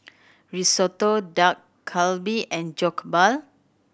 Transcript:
Risotto Dak Galbi and Jokbal